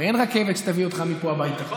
הרי אין רכבת שתביא אותך מפה הביתה.